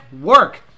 work